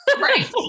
Right